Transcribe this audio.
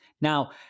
Now